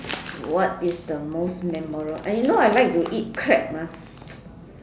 what is the most memorable and you know I like to eat crab ah